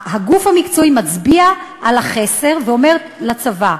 הגוף המקצועי מצביע על החסר ואומר לצבא: